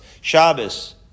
Shabbos